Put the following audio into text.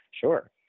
Sure